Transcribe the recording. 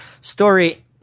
Story